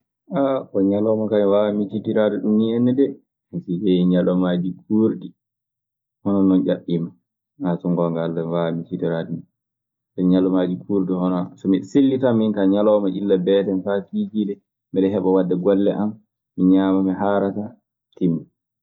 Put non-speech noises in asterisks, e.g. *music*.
*hesitation* oo ñalawma kay mi waawa miccitiraade ɗun nii enna dee. Mi miccitii ñalawmaaji kuurɗi hono non ƴaɓɓiima. Kaa so ngoonga Alla, mi waawaa miccitoraade nii. Ñalawmaaji kuurɗi, hono, so miɗe selli tan minaa ñalawma illa beetee faa kiikiiɗe miɗe heɓa waɗde golle an, mi ñaama mi haara kaa, timmii.